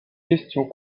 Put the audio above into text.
questions